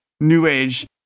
new-age